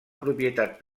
propietat